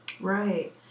Right